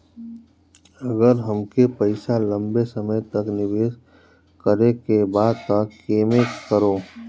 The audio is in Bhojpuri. अगर हमके पईसा लंबे समय तक निवेश करेके बा त केमें करों?